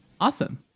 Awesome